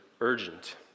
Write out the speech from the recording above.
urgent